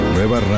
Nueva